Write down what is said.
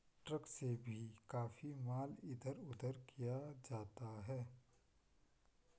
truck से भी काफी माल इधर उधर किया जाता है